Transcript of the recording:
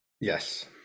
Yes